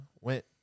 went